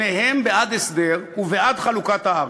שניהם בעד הסדר ובעד חלוקת הארץ.